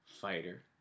fighter